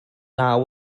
naw